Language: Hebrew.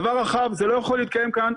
זה דבר רחב, זה לא יכול להתקיים כאן.